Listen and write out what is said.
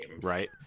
right